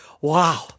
wow